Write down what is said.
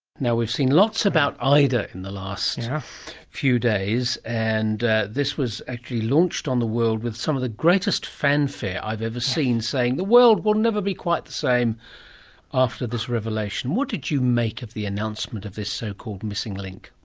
we've seen lots about ida in the last few days, and this was actually launched on the world with some of the greatest fanfare i've ever seen saying the world will never be quite the same after this revelation. what did you make of the announcement of this so-called missing link?